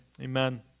amen